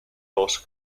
dos